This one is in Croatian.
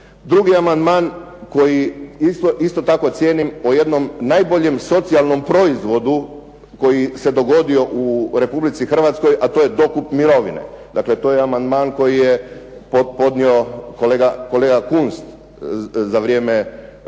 Drugi, amandman koji isto tako cijenim o jednom najboljem socijalnom proizvod koji se dogodio u Republici Hrvatskoj a to je dokup mirovine. Dakle, to je amandman koji je podnio kolega Kunst za vrijeme ove